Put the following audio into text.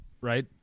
right